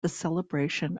celebration